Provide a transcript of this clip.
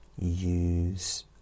use